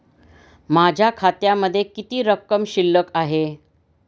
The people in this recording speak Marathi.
माझ्या खात्यामध्ये किती रक्कम शिल्लक आहे?